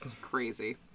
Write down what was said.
Crazy